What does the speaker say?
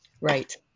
Right